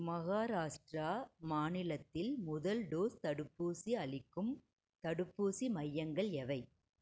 மகாராஷ்டிரா மாநிலத்தில் முதல் டோஸ் தடுப்பூசி அளிக்கும் தடுப்பூசி மையங்கள் எவை